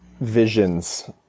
visions